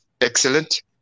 excellent